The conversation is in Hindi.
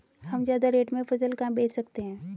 हम ज्यादा रेट में फसल कहाँ बेच सकते हैं?